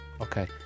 Okay